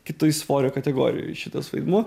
kitoj svorio kategorijoj šitas vaidmuo